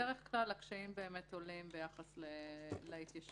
בדרך כלל הקשיים עולים בהקשר לטענות